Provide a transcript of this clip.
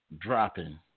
dropping